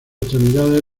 extremidades